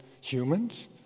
humans